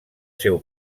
seu